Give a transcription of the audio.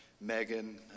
Megan